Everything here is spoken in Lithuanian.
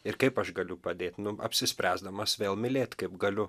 ir kaip aš galiu padėt nu apsispręsdamas vėl mylėt kaip galiu